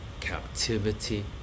captivity